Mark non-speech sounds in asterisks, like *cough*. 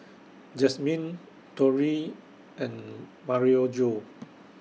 Jasmyne Torry and *unintelligible*